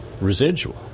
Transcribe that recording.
residual